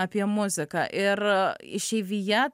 apie muziką ir išeivija